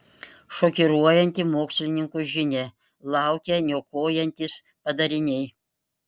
šokiruojanti mokslininkų žinia laukia niokojantys padariniai